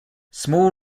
small